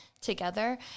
together